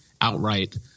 outright